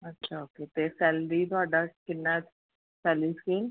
ਅੱਛਾ ਓਕੇ ਅਤੇ ਸੈਲਰੀ ਤੁਹਾਡਾ ਕਿੰਨਾ ਸੈਲਰੀ ਤੁਸੀਂ